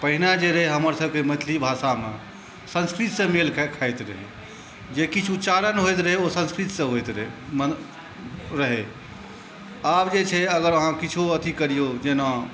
पहिने जे रहै हमर सबके मैथिली भाषामे संसकृत सऽ मेल खाइत रहै जे किछु उच्चारण होइत रहै ओ संसकृत सऽ होइत रहै माने रहै आब जे छै अगर अहाँ किछो करियौ जेना